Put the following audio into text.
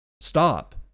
Stop